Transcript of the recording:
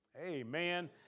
amen